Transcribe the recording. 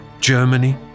Germany